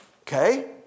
Okay